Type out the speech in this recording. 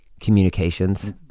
Communications